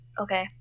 okay